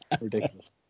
ridiculous